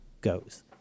goes